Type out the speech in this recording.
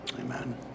Amen